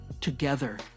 together